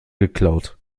geklaut